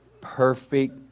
perfect